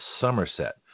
Somerset